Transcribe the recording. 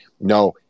no